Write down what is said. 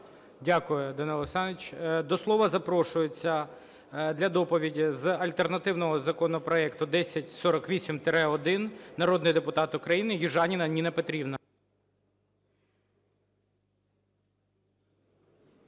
Дякую Данило Олександрович. До слова запрошується для доповіді з альтернативного законопроекту 1048-1 народний депутат України Южаніна Ніна Петрівна.